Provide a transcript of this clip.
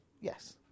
Yes